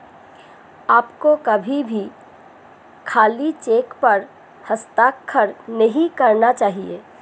आपको कभी भी खाली चेक पर हस्ताक्षर नहीं करना चाहिए